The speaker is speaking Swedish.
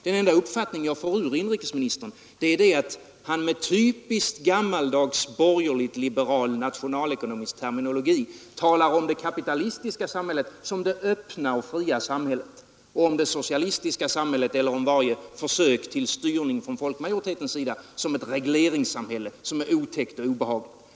Den enda uppfattning jag fick ur inrikesministern är att han med typiskt gammaldags borgerligt-liberal nationalekonomisk terminologi talar om det kapitalistiska samhället som det öppna och fria samhället och om det socialistiska samhället eller varje försök till styrning från folkmajoritetens sida som ett otäckt och obehagligt regleringssamhälle.